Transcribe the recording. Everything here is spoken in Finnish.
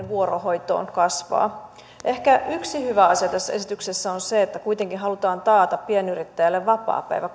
vuorohoitoon kasvaa ehkä yksi hyvä asia tässä esityksessä on se että kuitenkin halutaan taata vapaapäivä